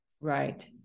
Right